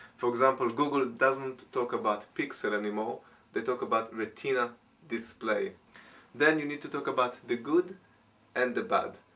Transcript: for example, google doesn't talk about pixels anymore they talk about retina display then you need to talk about the good and the bad.